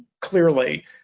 clearly